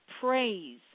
Praise